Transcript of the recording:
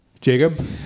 Jacob